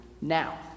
now